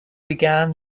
began